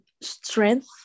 strength